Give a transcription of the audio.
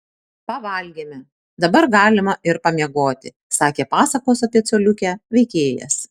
pavalgėme dabar galima ir pamiegoti sakė pasakos apie coliukę veikėjas